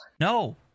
No